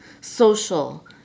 social